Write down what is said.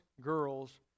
girls